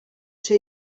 ser